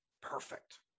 Perfect